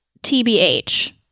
TBH